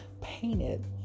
painted